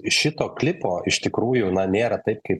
šito klipo iš tikrųjų na nėra taip kaip